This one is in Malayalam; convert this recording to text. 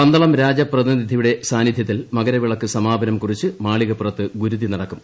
പന്തളം രാജ പ്രതിനിധിയുടെ സന്നിധ്യത്തിൽ മകരവിളക്ക് സമാപനം കുറിച്ച് മാളികപ്പുറത്ത് ഗുരുതി നടക്കും